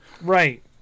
Right